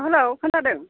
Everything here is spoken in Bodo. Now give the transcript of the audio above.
हेलौ खोनादों